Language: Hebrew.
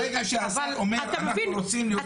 ברגע שהשר אומר אנחנו רוצים להוציא 750 --- אתה